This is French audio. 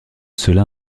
cela